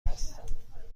هستم